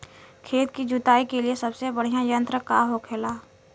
खेत की जुताई के लिए सबसे बढ़ियां यंत्र का होखेला?